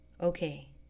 okay